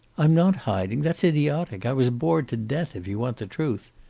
i'm not hiding. that's idiotic. i was bored to death, if you want the truth.